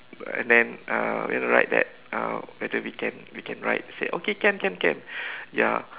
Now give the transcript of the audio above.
and then uh we wanna ride that uh whether we can we can ride say okay can can can ya